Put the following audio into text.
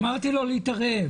אמרתי לו להתערב.